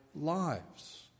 lives